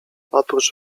oprócz